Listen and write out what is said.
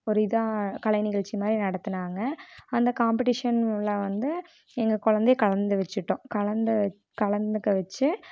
ஒரு இதாக கலைநிகழ்ச்சி மாதிரி நடத்துனாங்க அந்த காம்ப்பட்டீஷனில் வந்து எங்கள் குழந்தைய கலந்து வச்சுட்டோம் கலந்து கலந்துக்க வச்சு